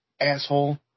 asshole